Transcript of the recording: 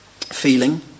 feeling